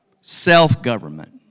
Self-government